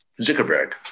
Zuckerberg